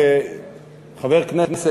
חבר כנסת,